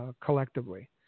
collectively